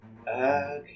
okay